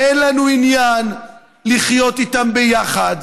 אין לנו עניין לחיות איתם ביחד.